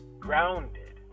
grounded